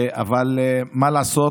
אבל מה לעשות,